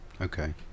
Okay